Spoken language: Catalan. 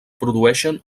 produeixen